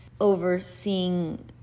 overseeing